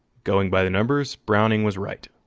going by the numbers, browning was right.